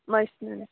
machinery